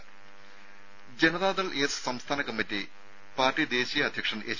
രുഭ ജനതാദൾ എസ് സംസ്ഥാന committee party ദേശീയ അധ്യക്ഷൻ എച്ച്